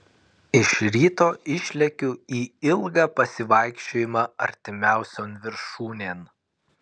iš ryto išlekiu į ilgą pasivaikščiojimą artimiausion viršūnėn